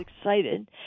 excited